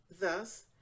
Thus